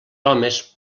homes